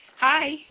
Hi